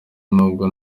n’ubwo